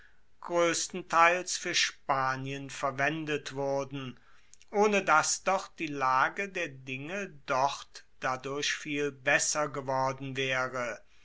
groesstenteils fuer spanien verwendet wurden ohne dass doch die lage der dinge dort dadurch viel besser geworden waere